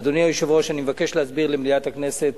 אדוני היושב-ראש, אני מבקש להסביר למליאת הכנסת